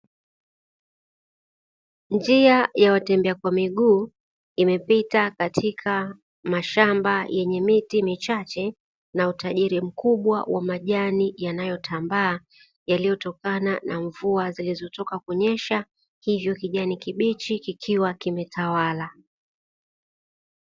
Njia ya watembea kwa miguu imepita katika mashamba yenye miti michache, na utajiri mkubwa wa majani yanayotambaa yaliyotokana na mvua zilizotoka kunyesha, hivyo kijani kibichi kikiwa kimetawala.